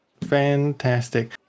fantastic